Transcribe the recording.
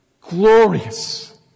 Glorious